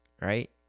right